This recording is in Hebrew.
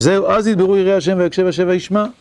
זהו, אז נדברו יראי השם ויקשב השם וישמע.